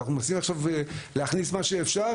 אנחנו מנסים עכשיו להכניס מה שאפשר,